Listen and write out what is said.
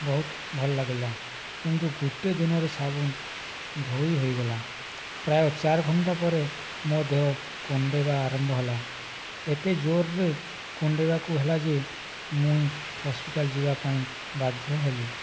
ବହୁତ ଭଲ ଲାଗିଲା କିନ୍ତୁ ଗୋଟିଏ ଦିନରେ ସାବୁନ୍ ଧୋଇହୋଇଗଲା ପ୍ରାୟ ଚାରି ଘଣ୍ଟା ପରେ ମୋ' ଦେହ କୁଣ୍ଡାଇହେବା ଆରମ୍ଭ ହେଲା ଏତେ ଜୋରରେ କୁଣ୍ଡାଇବାକୁ ହେଲା ଯେ ମୁଁ ହସ୍ପିଟାଲ ଯିବା ପାଇଁ ବାଧ୍ୟ ହେଲି